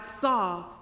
saw